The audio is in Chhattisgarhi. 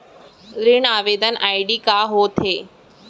ऋण आवेदन आई.डी का होत हे?